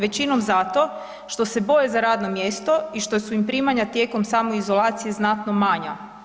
Većinom zato što se boje za radno mjesto i što su im primanja tijekom samoizolacije znatno manja.